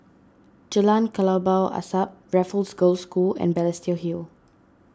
Jalan Kelabu Asap Raffles Girls' School and Balestier Hill